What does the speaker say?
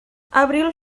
abril